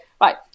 right